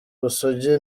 ubusugi